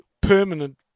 permanent